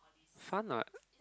fun [what]